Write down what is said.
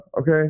okay